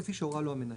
כפי שהורה לו המנהל.".